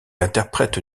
interprète